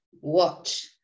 watch